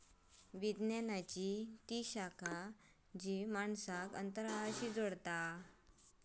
विज्ञानाची ती शाखा जी माणसांक अंतराळाशी जोडता